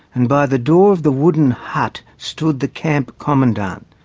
and by the door of the wooden hut stood the camp commandant.